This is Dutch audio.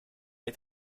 het